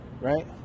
right